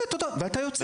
ואתה יוצא.